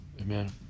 amen